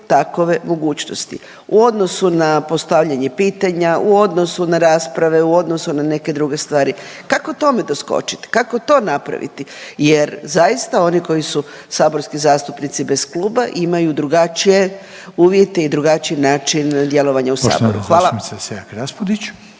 takove mogućnosti u odnosu na postavljanje pitanja u odnosu na rasprave u odnosu na neke druge stvari. Kako tome doskočiti, kako to napraviti? Jer zaista oni koji su saborski zastupnici bez kluba imaju drugačije uvjete i drugačiji način djelovanja u Saboru. Hvala.